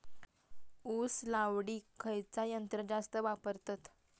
ऊस लावडीक खयचा यंत्र जास्त वापरतत?